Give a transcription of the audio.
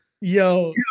Yo